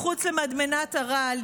מחוץ למדמנת הרעל,